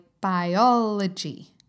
biology